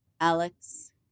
Alex